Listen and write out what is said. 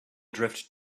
drift